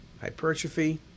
hypertrophy